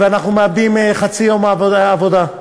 ואנחנו מאבדים חצי יום עבודה.